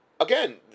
Again